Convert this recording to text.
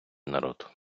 народ